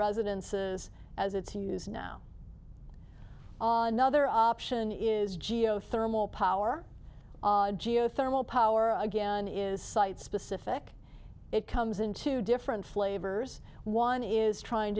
residences as it's use now another option is geothermal power geothermal power again is site specific it comes in two different flavors one is trying